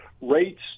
rates